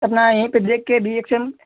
अपना देख कर यहीं पर रिएक्शन